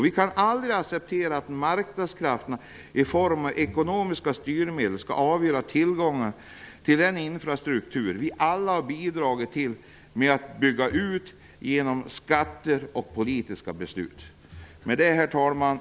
Vi kan aldrig acceptera att marknadskrafterna i form av ekonomiska styrmedel skall avgöra tillgången till den infrastruktur vi alla har bidragit till att bygga ut genom skatter och politiska beslut. Herr talman!